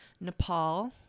Nepal